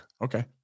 okay